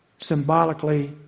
symbolically